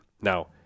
Now